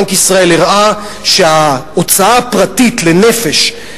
בנק ישראל הראה שההוצאה הפרטית לנפש,